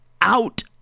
out